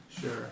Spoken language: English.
Sure